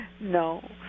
No